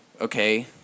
okay